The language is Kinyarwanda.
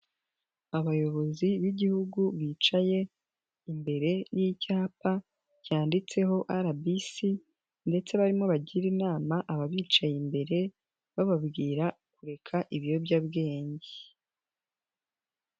Abayobozi b'igihugu bicaye imbere y'icyapa cyanditseho RBC ndetse barimo bagira inama aba bicaye imbere, bababwira kureka ibiyobyabwenge.